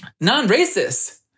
non-racist